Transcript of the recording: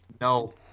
No